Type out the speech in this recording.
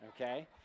okay